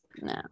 No